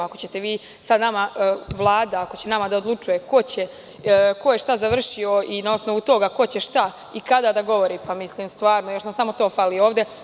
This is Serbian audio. Ako ćete vi sada nama, Vlada ako će nama da odlučuje ko je šta završio i na osnovu toga ko će šta i kada da govori, još nam samo to fali ovde.